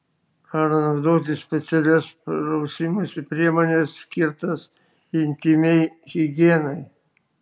ar naudoti specialias prausimosi priemones skirtas intymiai higienai